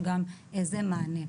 שגם זה מענה,